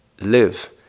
live